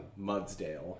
Mudsdale